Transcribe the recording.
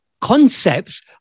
concepts